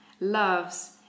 loves